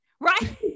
right